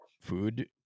food